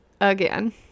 Again